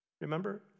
Remember